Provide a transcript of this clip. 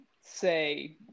say